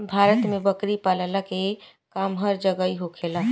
भारत में बकरी पलला के काम हर जगही होखेला